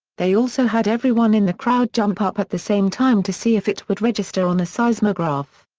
they also had everyone in the crowd jump up at the same time to see if it would register on a seismograph.